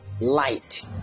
light